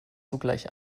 sogleich